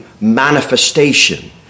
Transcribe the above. manifestation